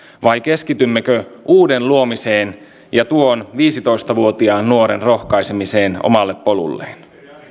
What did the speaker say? vai keskitymmekö uuden luomiseen ja tuon viisitoista vuotiaan nuoren rohkaisemiseen omalle polulleen